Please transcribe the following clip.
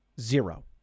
zero